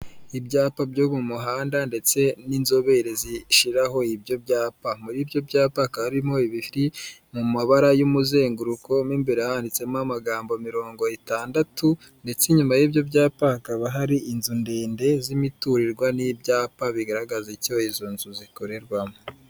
Ibyapa byo mu muhanda ndetse n'inzobere zishyiraho ibyo byapa, muri byo byapa hakaba harimo ibiri mu mabara y'umuzenguruko, mo imbere handitsemo amagambo mirongo itandatu, ndetse inyuma y'ibyo byapa hakaba hari inzu ndende z'imiturirwa n'ibyapa bigaragaza icyo izo nzu zikorerwamo.